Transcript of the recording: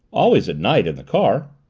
always at night, in the car.